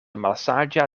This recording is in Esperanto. malsaĝa